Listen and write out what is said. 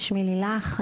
שמי לילך,